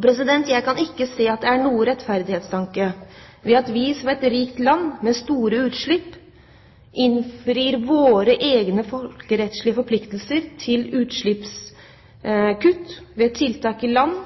Jeg kan ikke se at det er noen rettferdighetstanke i at vi som et rikt land med store utslipp innfrir våre egne folkerettslige forpliktelser til utslippskutt ved tiltak i land